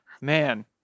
Man